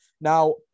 Now